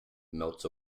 melts